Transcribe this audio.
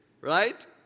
Right